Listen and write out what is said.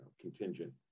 contingent